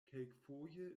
kelkfoje